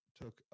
took